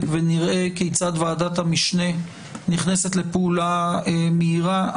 ונראה כיצד ועדת המשנה נכנסת לפעולה מהירה.